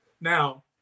Now